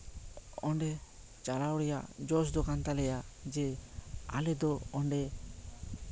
ᱪᱟᱞᱟᱣ ᱨᱮᱭᱟᱜ ᱡᱚᱥ ᱫᱚ ᱠᱟᱱ ᱛᱟᱞᱮᱭᱟ ᱡᱮ ᱟᱞᱮ ᱫᱚ ᱚᱰᱮ